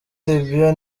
libya